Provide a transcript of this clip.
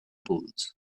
pools